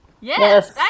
Yes